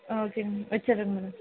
ஆ ஓகேங்க வெச்சிறேங்க மேடம்